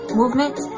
movement